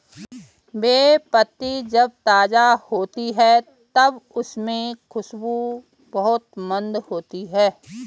बे पत्ती जब ताज़ा होती है तब उसमे खुशबू बहुत मंद होती है